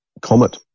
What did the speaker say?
comet